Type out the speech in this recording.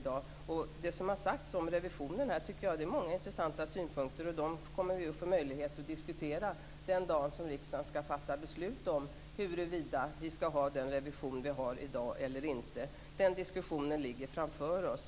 Det har kommit fram många intressanta synpunkter om revisionen i dag, och dem kommer vi att få möjlighet att diskutera den dag då riksdagen skall fatta beslut om huruvida vi skall ha den revision vi har i dag eller inte. Den diskussionen ligger framför oss.